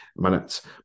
Minutes